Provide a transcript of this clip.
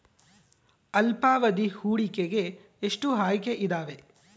ಅಲ್ಪಾವಧಿ ಹೂಡಿಕೆಗೆ ಎಷ್ಟು ಆಯ್ಕೆ ಇದಾವೇ?